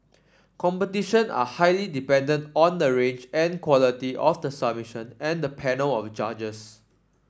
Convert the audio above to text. competitions are highly dependent on the range and quality of the submission and the panel of judges